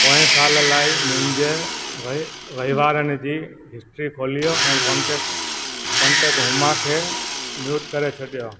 पोएं साल लाइ मुंहिंजे वहिंवा वहिंवारनि जी हिस्ट्री खोलियो ऐं कोन्टे कोन्टेक्ट हुमा खे म्यूट करे छॾियो